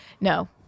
No